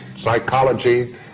Psychology